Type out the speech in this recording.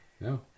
No